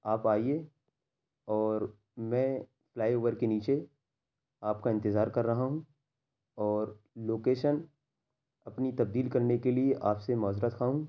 آپ آئیے اور میں فلائی اوور کے نیچے آپ کا انتظار کر رہا ہوں اور لوکیشن اپنی تندیل کرنے کے لیے آپ سے معذرت خواہ ہوں